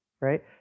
right